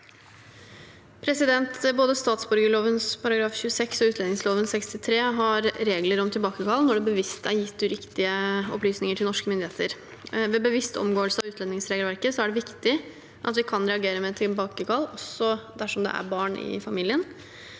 Både statsborger- loven § 26 og utlendingsloven § 63 har regler om tilbakekall når det bevisst er gitt uriktige opplysninger til norske myndigheter. Ved bevisst omgåelse av utlendingsregelverket er det viktig at vi kan reagere med tilbakekall, også dersom det er barn i familien.